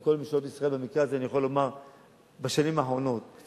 את כל ממשלות ישראל בשנים האחרונות במקרה הזה.